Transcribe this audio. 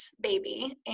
baby